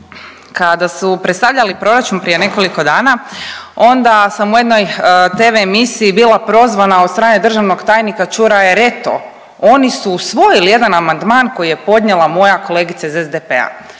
Kada su predstavljali proračun prije nekoliko dana onda sam u jednoj tv emisiji bila prozvana od strane državnog tajnika Čuraja jer eto oni su usvojili jedan amandman koji je podnijela moja kolegica iz SDP-a.